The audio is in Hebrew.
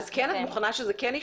את מוכנה שזה כן יישאר?